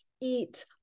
eat